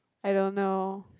I don't know